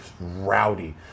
rowdy